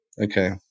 Okay